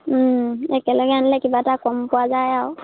একেলগে আনিলে কিবা এটা কম পোৱা যায় আৰু